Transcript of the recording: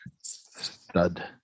Stud